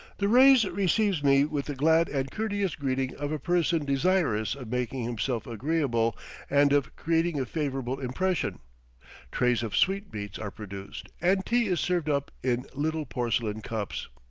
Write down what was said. the reis receives me with the glad and courteous greeting of a person desirous of making himself agreeable and of creating a favorable impression trays of sweetmeats are produced, and tea is served up in little porcelain cups.